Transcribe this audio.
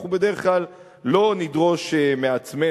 אנחנו בדרך כלל לא נדרוש מעצמנו,